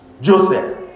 Joseph